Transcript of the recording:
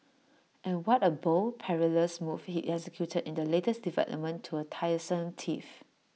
and what A bold perilous move he executed in the latest development to A tiresome tiff